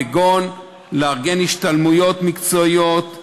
כגון לארגן השתלמויות מקצועיות,